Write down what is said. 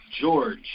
George